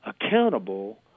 accountable